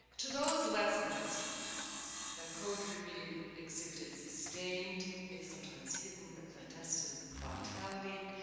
to those lessons that poetry reading exhibited sustained, if sometimes hidden, a clandestine vitality,